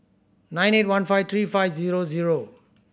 nine eight one five three five zero zero